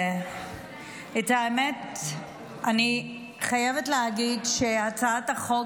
את האמת אני חייבת להגיד: את הצעת החוק